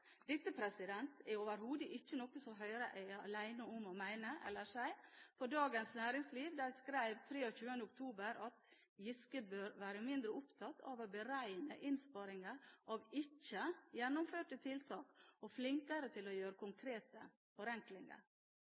Dette er overhodet ikke noe som Høyre er alene om å mene eller si, for Dagens Næringsliv skrev 23. oktober: «Giske bør være mindre opptatt av å beregne innsparinger av ikke gjennomførte tiltak og flinkere til å gjøre konkrete forenklinger.»